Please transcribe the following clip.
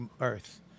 earth